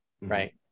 right